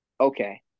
okay